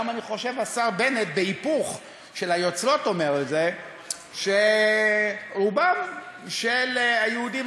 אני חושב שגם השר בנט בהיפוך של היוצרות אומר שרובם של היהודים